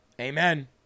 Amen